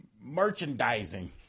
merchandising